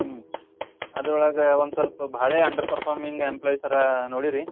ಹ್ಞೂ ಅದ್ರೊಳಗೆ ಒಂದು ಸ್ವಲ್ಪ ಭಾಳೇ ಅಂಡರ್ ಪರ್ಫಾಮಿಂಗ್ ಎಂಪ್ಲಾಯ್ಸರಾ ನೋಡೀರಿ